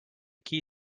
key